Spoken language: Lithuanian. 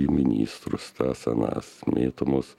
į ministrus tas anas mėtomas